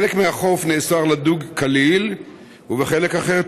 בחלק מהחוף נאסר לדוג כליל ובחלק אחר,